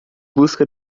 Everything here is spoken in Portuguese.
busca